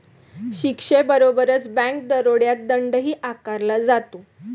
शिक्षेबरोबरच बँक दरोड्यात दंडही आकारला जातो